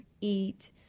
eat